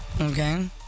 Okay